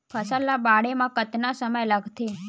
फसल ला बाढ़े मा कतना समय लगथे?